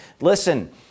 Listen